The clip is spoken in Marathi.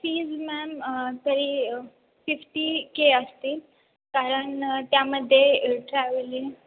फीज मॅम तरी फिफ्टी के असतील कारण त्यामध्ये ट्रॅव्हलिंग